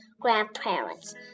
grandparents